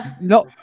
no